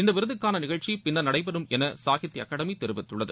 இந்த விருதுக்கான நிகழ்ச்சி பின்னர் நடைபெறும் என சாகித்ப அகாடமி தெரிவித்துள்ளது